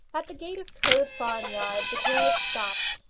at the gate of coed farmyard the carriage stopped,